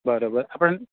બરોબર હા પણ